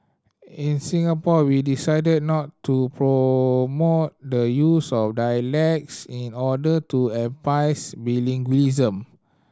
in Singapore we decided not to promote the use of dialects in order to emphasise bilingualism